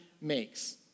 makes